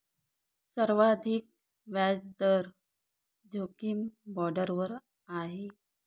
सर्वाधिक व्याजदर जोखीम बाँडवर आहे